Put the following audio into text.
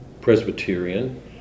Presbyterian